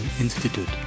Institute